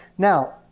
Now